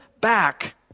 back